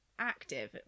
Active